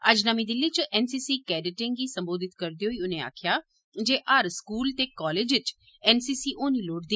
अज्ज नमीं दिल्ली च एनसीसी कैडेटें गी संबोधत करदे होई उनें आक्खेआ जे हर स्कूल ते कालेज च एनसीसी होनी लोड़चदी